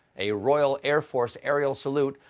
a royal air force aerial salute,